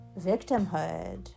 victimhood